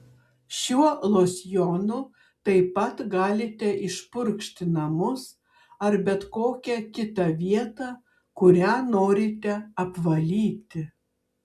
šiuo losjonu taip pat galite išpurkšti namus ar bet kokią kitą vietą kurią norite apvalyti